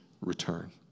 return